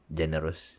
generous